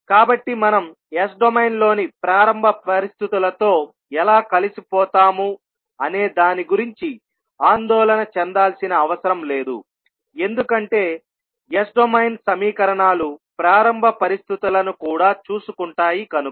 కాబట్టి మనం S డొమైన్లోని ప్రారంభ పరిస్థితులతో ఎలా కలిసిపోతామో అనేదాని గురించి ఆందోళన చెందాల్సిన అవసరం లేదు ఎందుకంటే S డొమైన్ సమీకరణాలు ప్రారంభ పరిస్థితులను కూడా చూసుకుంటాయి కనుక